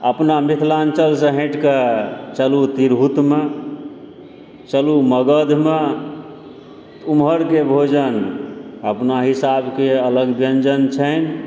अपना मिथिलाञ्चलसँ हटिके चलु तिरहुतमे चलु मगधमे तऽ ओम्हरके भोजन अपना हिसाबकेँ अलग व्यञ्जन छनि